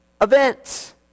events